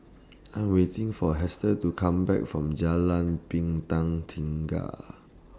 I'm waiting For Hester to Come Back from Jalan Bintang Tiga